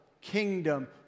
kingdom